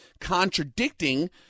contradicting